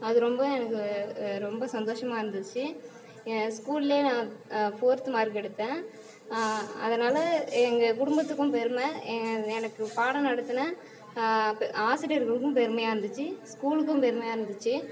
அது ரொம்ப எனக்கு ரொம்ப சந்தோஷமாக இருந்துச்சு என் ஸ்கூல்லேயே நான் ஃபோர்த்து மார்க் எடுத்தேன் அதனால் எங்கள் குடும்பத்துக்கும் பெருமை என் எனக்கு பாடம் நடத்தின ஆசிரியர்களுக்கும் பெருமையாக இருந்துச்சு ஸ்கூலுக்கும் பெருமையாக இருந்துச்சு